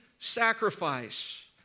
Sacrifice